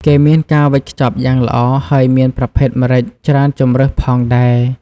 គេមានការវេចខ្ចប់យ៉ាងល្អ ហើយមានប្រភេទម្រេចច្រើនជម្រើសផងដែរ។